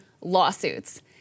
lawsuits